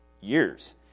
years